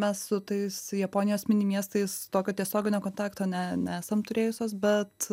mes su tais japonijos mini miestais tokio tiesioginio kontakto ne nesam turėjusios bet